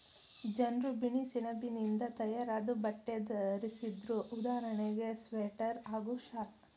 ಜನ್ರು ಬಿಳಿಸೆಣಬಿನಿಂದ ತಯಾರಾದ್ ಬಟ್ಟೆ ಧರಿಸ್ತಿದ್ರು ಉದಾಹರಣೆಗೆ ಸ್ವೆಟರ್ ಹಾಗೂ ಶಾಲ್